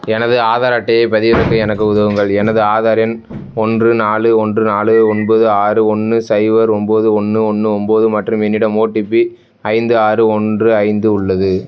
எனது ஆதார் அட்டையை பதிவிறக்க எனக்கு உதவுங்கள் எனது ஆதார் எண் ஒன்று நாலு ஒன்று நாலு ஒன்பது ஆறு ஒன்று சைபர் ஒம்பது ஒன்று ஒன்று ஒம்பது மற்றும் என்னிடம் ஓடிபி ஐந்து ஆறு ஒன்று ஐந்து உள்ளது